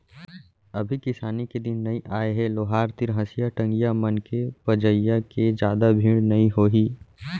अभी किसानी के दिन नइ आय हे लोहार तीर हँसिया, टंगिया मन के पजइया के जादा भीड़ नइ होही